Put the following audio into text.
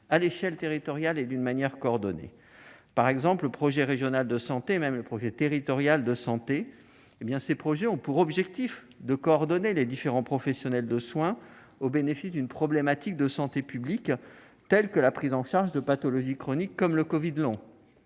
à l'échelle territoriale. Par exemple, le projet régional de santé, et même le projet territorial de santé, a pour objectif de coordonner les différents professionnels de soin au bénéfice d'une problématique de santé publique, telle que la prise en charge de pathologies chroniques comme le covid long.